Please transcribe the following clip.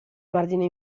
margine